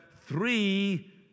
three